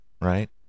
right